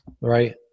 Right